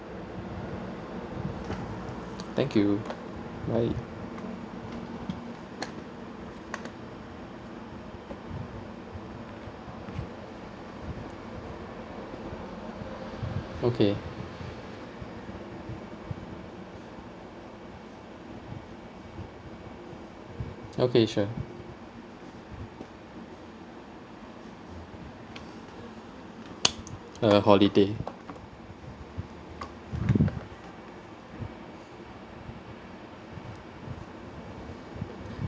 thank you bye okay okay sure uh holiday